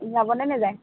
যাবনে নেযায়